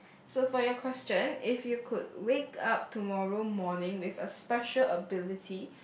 so for your question if you could wake up tomorrow morning with a special ability